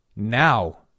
now